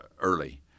early